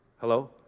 Hello